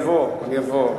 אני אבוא, אני אבוא.